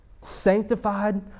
sanctified